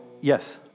Yes